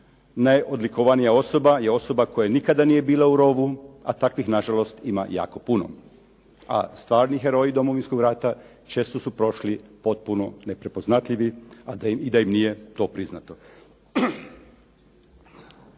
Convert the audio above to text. najodlikovanija osoba je osoba koje nikada nije bilo u rovu, a takvih na žalost ima jako puno. A stvarni heroji Domovinskog rata često su prošli potpuno neprepoznatljivi i da im nije to priznato.